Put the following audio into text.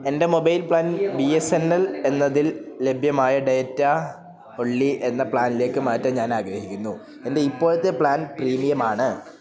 എൻറ്റെ mobile plan B S N L എന്നതിൽ ലഭ്യമായ ഡേറ്റ ഒൺളി എന്ന പ്ലാനിലേക്ക് മാറ്റാൻ ഞാനാഗ്രഹിക്കുന്നു എൻറ്റെ ഇപ്പോഴത്തെ പ്ലാൻ പ്രീമിയമാണ്